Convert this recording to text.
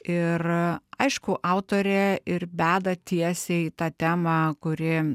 ir aišku autorė ir beda tiesiai į tą temą kuri